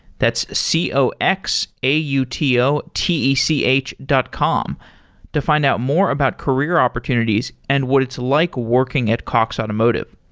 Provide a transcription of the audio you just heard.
that's c o x a u t o t e c h dot com to find out more about career opportunities and what it's like working at cox automotive.